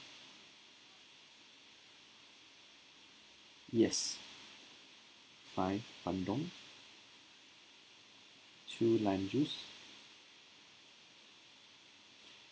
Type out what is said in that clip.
yes five bandung two lime juice